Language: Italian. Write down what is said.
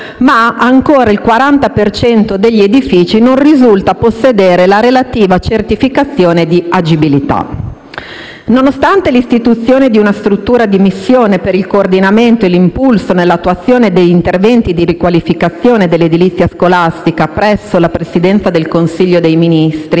ancora il 40 per cento degli edifici non risulta possedere la relativa certificazione di agibilità. Nonostante l'istituzione di una struttura di missione per il coordinamento e l'impulso nell'attuazione degli interventi di riqualificazione dell'edilizia scolastica presso la Presidenza del Consiglio dei ministri,